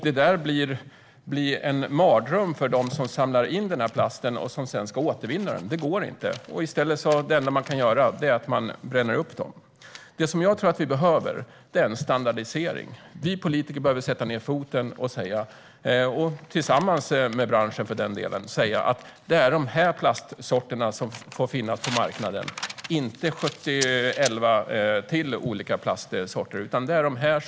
Detta blir en mardröm för dem som samlar in denna plast och som sedan ska återvinna den. Det går inte. Det enda man kan göra är att bränna upp den. Det som jag tror att vi behöver är en standardisering. Vi politiker behöver sätta ned foten och tillsammans med branschen tala om vilka plastsorter som ska få finnas på marknaden och inte en mängd olika plastsorter.